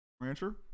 Rancher